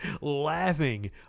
Laughing